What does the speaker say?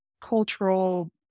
cultural